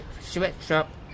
sweatshop